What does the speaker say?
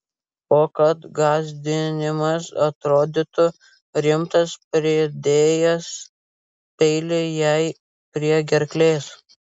o kad gąsdinimas atrodytų rimtas pridėjęs peilį jai prie gerklės